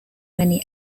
many